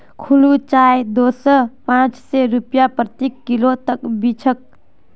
खुली चाय दी सौ स पाँच सौ रूपया प्रति किलो तक बिक छेक